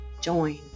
join